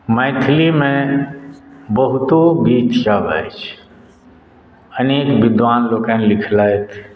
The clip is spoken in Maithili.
मैथिलीमे बहुतो गीतसभ अछि अनेक विद्वान लोकनि लिखलथि